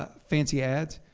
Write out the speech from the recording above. ah fancy ads.